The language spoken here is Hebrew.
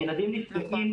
הילדים נפגעים.